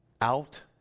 out